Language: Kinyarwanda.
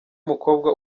mukobwa